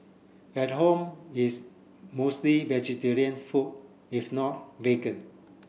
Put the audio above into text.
at home it's mostly vegetarian food if not vegan